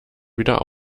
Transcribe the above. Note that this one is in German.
wieder